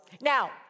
Now